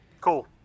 cool